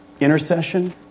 intercession